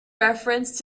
reference